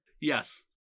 Yes